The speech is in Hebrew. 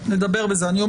אני אומר שוב,